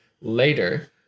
later